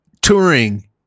touring